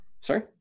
sorry